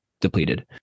depleted